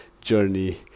journey